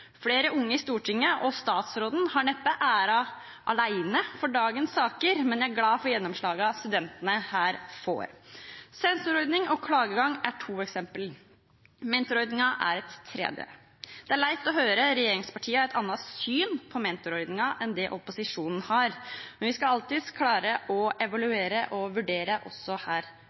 Flere unge i Stortinget og statsråden har neppe æren alene for dagens saker, men jeg er glad for gjennomslagene studentene her får. Sensorordning og klageadgang er to eksempler, mentorordningen er et tredje. Det er leit å høre regjeringspartiene ha et annet syn på mentorordningen enn opposisjonen har. Men vi skal alltid klare å evaluere og vurdere underveis også her.